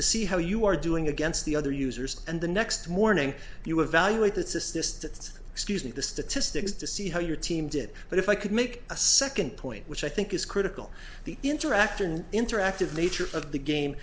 to see how you are doing against the other users and the next morning you evaluate the systems excuse me the statistics to see how your team did but if i could make a second point which i think is critical the interaction interactive nature of the game